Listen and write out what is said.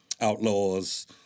outlaws